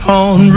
on